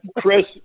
chris